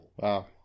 Wow